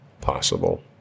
possible